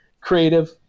creative